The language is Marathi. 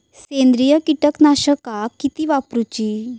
सेंद्रिय कीटकनाशका किती वापरूची?